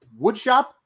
Woodshop